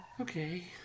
Okay